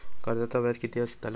कर्जाचा व्याज किती बसतला?